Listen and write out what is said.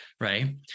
right